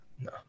No